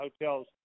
hotels